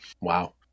Wow